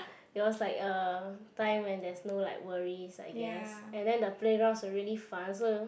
it was like a time when there's no like worries I guess and then the playgrounds were really fun so